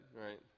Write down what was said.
right